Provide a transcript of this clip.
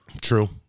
True